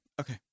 Okay